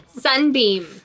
sunbeam